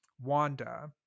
Wanda